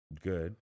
good